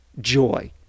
joy